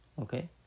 Okay